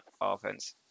offense